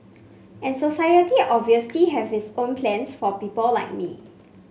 and society obviously have its own plans for people like me